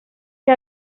que